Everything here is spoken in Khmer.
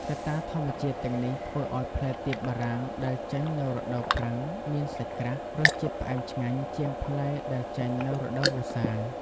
កត្តាធម្មជាតិទាំងនេះធ្វើឱ្យផ្លែទៀបបារាំងដែលចេញនៅរដូវប្រាំងមានសាច់ក្រាស់ រសជាតិផ្អែមឆ្ងាញ់ជាងផ្លែដែលចេញនៅរដូវវស្សា។